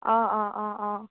অ' অ' অ' অ'